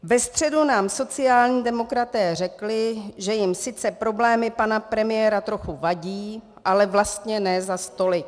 Ve středu nám sociální demokraté řekli, že jim sice problémy pana premiéra trochu vadí, ale vlastně ne zas tolik.